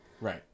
Right